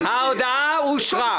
ההודעה אושרה.